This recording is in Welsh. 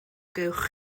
gewch